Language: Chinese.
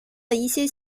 一些